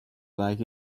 like